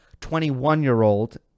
21-year-old